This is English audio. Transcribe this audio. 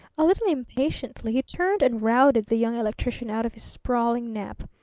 a little impatiently he turned and routed the young electrician out of his sprawling nap.